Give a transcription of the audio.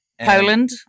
Poland